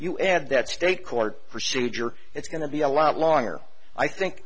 you add that state court procedure it's going to be a lot longer i think